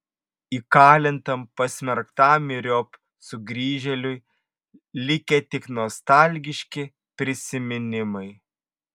įkalintam pasmerktam myriop sugrįžėliui likę tik nostalgiški prisiminimai